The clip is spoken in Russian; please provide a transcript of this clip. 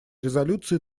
резолюции